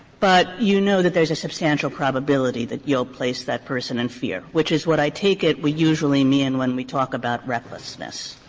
but you know that there is a substantial probability that you will place that person in fear, which is what i take it we would usually mean when we talk about recklessness?